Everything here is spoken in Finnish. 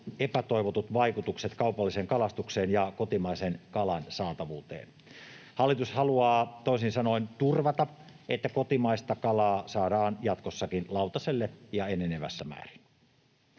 epätoivotut vaikutukset kaupalliseen kalastukseen ja kotimaisen kalan saatavuuteen. Hallitus haluaa toisin sanoen turvata, että kotimaista kalaa saadaan jatkossakin lautaselle ja enenevässä määrin.